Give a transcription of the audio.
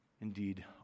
indeed